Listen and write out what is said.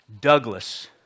Douglas